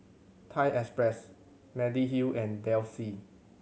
Thai Express Mediheal and Delsey